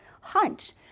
hunch